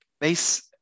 base